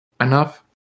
enough